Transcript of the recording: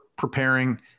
preparing